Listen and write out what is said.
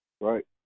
Right